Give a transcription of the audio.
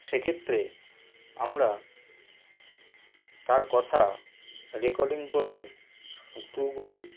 সেক্ষেত্রে আমরা তার কথা রেকর্ডিং করে গুগল